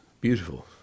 Beautiful